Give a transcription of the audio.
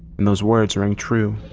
and those words rang true.